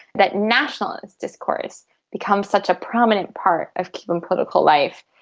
that nationalist discourse becomes such a prominent part of cuban political life.